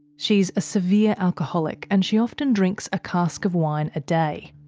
she's a severe alcoholic and she often drinks a cask of wine a day.